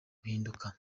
guhinduka